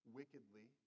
wickedly